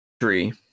tree